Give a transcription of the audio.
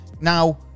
now